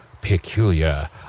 peculiar